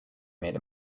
made